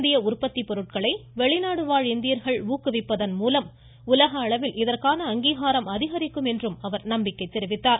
இந்திய உற்பத்தி பொருட்களை வெளிநாடு வாழ் இந்தியர்கள் ஊக்குவிப்பதன் மூலம் உலக அளவில் இதற்கான அங்கீகாரம் அதிகரிக்கும் என நம்பிக்கை தெரிவித்தார்